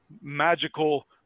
magical